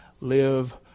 Live